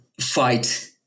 fight